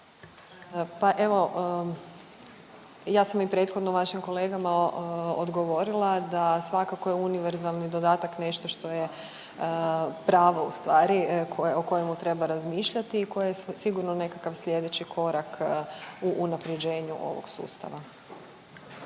Pa evo ja sam i prethodno vašim kolegama odgovorila da svakako je univerzalni dodatak nešto što je pravo ustvari o kojemu treba razmišljati i koje sigurno nekakav sljedeći korak u unapređenju ovog sustava.